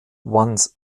once